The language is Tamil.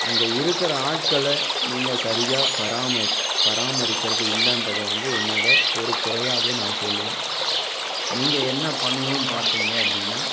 அங்கே இருக்கிற ஆட்களை நீங்கள் சரியாக பராம பராமரிக்கிறது இல்லைன்றத வந்து என்னோட ஒரு குறையாகவே நான் சொல்லுவேன் நீங்கள் என்ன பண்ணனுன்னு பார்த்திங்க அப்படின்னா